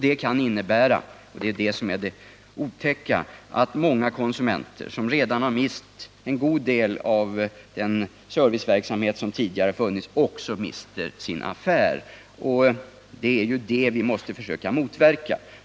Det kan innebära att många konsumenter som redan har mist en stor del av den service som tidigare funnits också mister sin affär. Det är det vi måste försöka motverka.